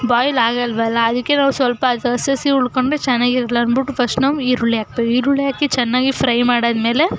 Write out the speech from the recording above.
boil ಆಗೋಲ್ವಲ್ಲ ಅದಕ್ಕೆ ನಾವು ಸ್ವಲ್ಪ ಅದು ಹಸಿ ಹಸಿ ಉಳ್ಕೊಂಡ್ರೆ ಚೆನ್ನಾಗಿರೋಲ್ಲ ಅದ್ಬಿಟ್ಟು ಫಸ್ಟು ನಾವು ಈರುಳ್ಳಿ ಹಾಕ್ಬೇಕು ಈರುಳ್ಳಿ ಹಾಕಿ ಚೆನ್ನಾಗಿ ಫ್ರೈ ಮಾಡಾದ್ಮೇಲೆ